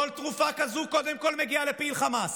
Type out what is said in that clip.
כל תרופה כזאת קודם כול מגיעה לפעיל חמאס.